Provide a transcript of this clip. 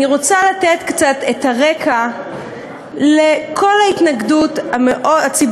אני רוצה לתת קצת את הרקע לכל ההתנגדות הציבורית